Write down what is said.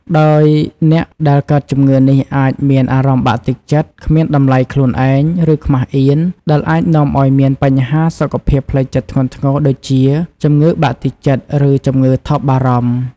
ដោយអ្នកដែលកើតជម្ងឺនេះអាចមានអារម្មណ៍បាក់ទឹកចិត្ត គ្មានតម្លៃខ្លួនឯង ឬខ្មាសអៀន ដែលអាចនាំឱ្យមានបញ្ហាសុខភាពផ្លូវចិត្តធ្ងន់ធ្ងរដូចជា ជំងឺបាក់ទឹកចិត្ត ឬជំងឺថប់បារម្ភ។